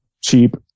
cheap